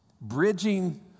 bridging